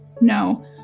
No